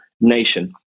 nation